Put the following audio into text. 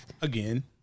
Again